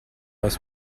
aus